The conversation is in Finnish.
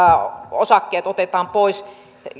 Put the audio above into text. osakkeet otetaan pois